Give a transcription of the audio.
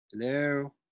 Hello